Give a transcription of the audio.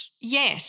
Yes